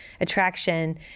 attraction